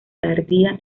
tardía